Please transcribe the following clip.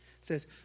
says